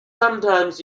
sometimes